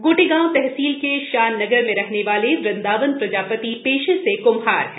गोटेगांव तहसील के श्यान नगर में रहने वाले वंदावन प्रजापति पेशे से कुम्हार हैं